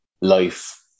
life